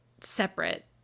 separate